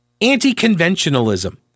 anti-conventionalism